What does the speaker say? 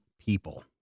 people